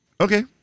Okay